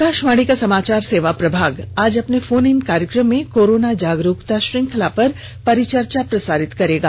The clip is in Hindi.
आकाशवाणी का समाचार सेवा प्रभाग आज अपने फोन इन कार्यक्रम में कोरोना जागरूकता श्रृंखला पर परिचर्चा प्रसारित करेगा